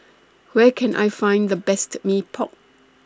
Where Can I Find The Best Mee Pok